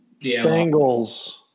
Bengals